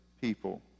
people